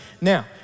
Now